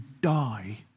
die